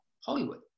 Hollywood